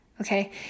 Okay